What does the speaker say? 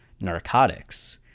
narcotics